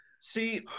See